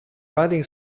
riding